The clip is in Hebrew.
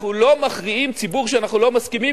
אנחנו לא מכריעים ציבור שאנחנו לא מסכימים